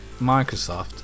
Microsoft